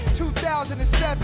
2007